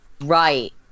right